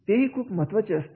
ते ही खूप महत्त्वाची असते